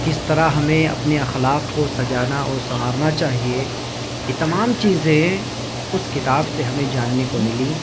کس طرح ہمیں اپنے اخلاق کو سجانا اور سنوارنا چاہیے یہ تمام چیزیں اس کتاب سے ہمیں جاننے کو ملی